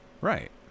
Right